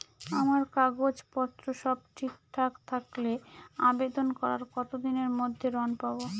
আমার কাগজ পত্র সব ঠিকঠাক থাকলে আবেদন করার কতদিনের মধ্যে ঋণ পাব?